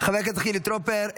חבר הכנסת חילי טרופר,